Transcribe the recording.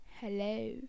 Hello